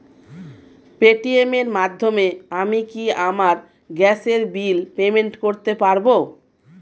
Paytm এর মাধ্যমে আমি কি আমার গ্যাসের বিল পেমেন্ট করতে পারব?